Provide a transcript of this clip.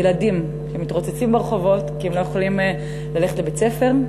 ילדים שמתרוצצים ברחובות כי הם לא יכולים ללכת לבית-ספר,